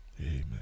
Amen